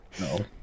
No